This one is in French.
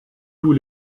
tous